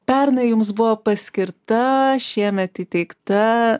pernai jums buvo paskirta šiemet įteikta